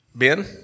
Ben